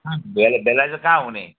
भे भेला चाहिँ कहाँ हुने